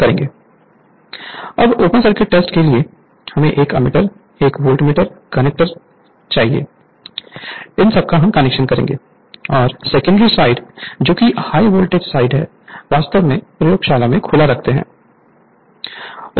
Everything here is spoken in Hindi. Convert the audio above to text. Refer Slide Time 0648 अब ओपन सर्किट टेस्ट के लिए हमें 1 एमीटर 1 वोल्टमीटर कनेक्ट करना है और सेकेंडरी साइड जो हाई वोल्टेज साइड वास्तव में प्रयोगशाला में खुला रहता है